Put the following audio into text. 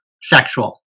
sexual